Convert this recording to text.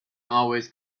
always